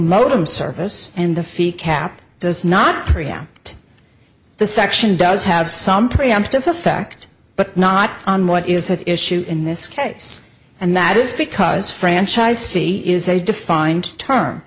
modem service and the fee cap does not preempt the section does have some preemptive effect but not on what is an issue in this case and that is because franchise fee is a defined term